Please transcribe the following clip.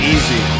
Easy